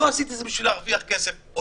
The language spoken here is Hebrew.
לא עשיתי את זה בשביל להרוויח כסף או